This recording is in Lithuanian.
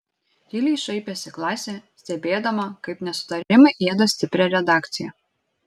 tyliai šaipėsi klasė stebėdama kaip nesutarimai ėda stiprią redakciją